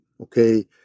okay